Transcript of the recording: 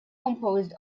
composed